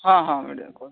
ହଁ ହଁ ମ୍ୟାଡ଼ମ୍ କୁହନ୍ତୁ